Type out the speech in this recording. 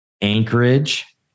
Anchorage